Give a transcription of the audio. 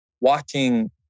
Watching